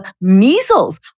measles